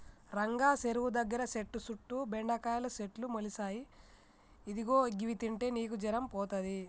రంగా సెరువు దగ్గర సెట్టు సుట్టు బెండకాయల సెట్లు మొలిసాయి ఇదిగో గివి తింటే నీకు జరం పోతది